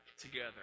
together